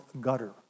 gutter